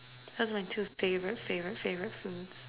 those are two favorite favorite favorite foods